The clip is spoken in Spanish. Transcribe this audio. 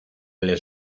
les